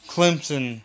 Clemson